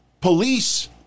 police